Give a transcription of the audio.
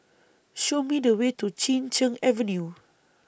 Show Me The Way to Chin Cheng Avenue